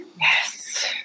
Yes